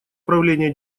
правления